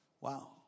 Wow